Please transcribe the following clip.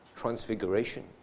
transfiguration